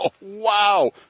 Wow